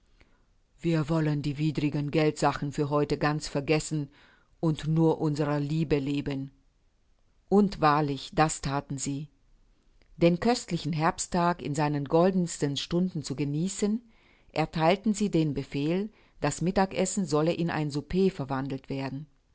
wir wollen die widrigen geldsachen für heute ganz vergessen und nur unserer liebe leben und wahrlich das thaten sie den köstlichen herbsttag in seinen goldensten stunden zu genießen ertheilten sie den befehl das mittagessen solle in ein souper verwandelt werden